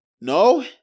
No